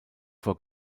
vor